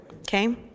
okay